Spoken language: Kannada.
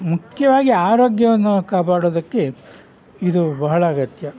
ಮುಖ್ಯವಾಗಿ ಆರೋಗ್ಯವನ್ನು ನಾವು ಕಾಪಾಡೋದಕ್ಕೆ ಇದು ಬಹಳ ಅಗತ್ಯ